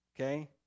okay